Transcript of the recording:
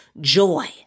joy